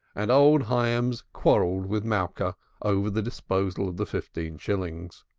and old hyams quarrelled with malka over the disposal of the fifteen shillings.